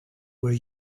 were